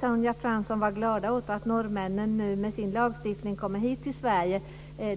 Sonja Fransson! Vi kan vara glada åt att norrmännen med sin lagstiftning nu kommer hit till Sverige.